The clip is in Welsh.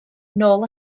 nôl